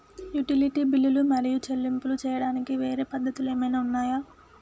Utility బిల్లులు మరియు చెల్లింపులు చేయడానికి వేరే పద్ధతులు ఏమైనా ఉన్నాయా?